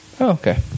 Okay